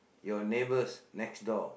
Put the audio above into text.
your neighbours next door